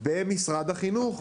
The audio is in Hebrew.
במשרד החינוך.